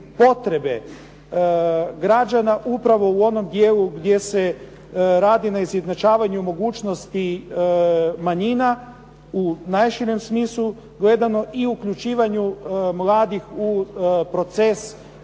potrebe građana upravo u onom dijelu gdje se radi na izjednačavanju mogućnosti manjina u najširem smislu gledano i uključivanju mladih u proces